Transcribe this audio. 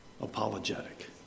apologetic